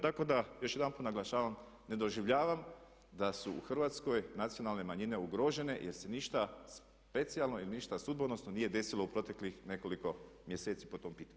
Tako da još jedanput naglašavam ne doživljavam da su u Hrvatskoj nacionalne manjine ugrožene jer se ništa specijalno i ništa sudbonosno desilo u proteklih nekoliko mjeseci po tom pitanju.